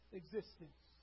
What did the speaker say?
existence